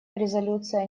резолюция